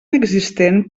existent